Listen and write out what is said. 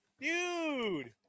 Dude